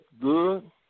good